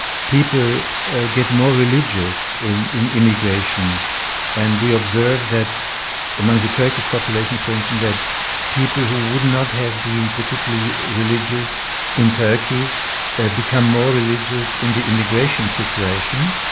people get more religious in in immigration and we observe that among the turkish population for instance, that people who would not have been particularly religious in turkey become more religious in the immigration situation.